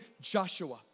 Joshua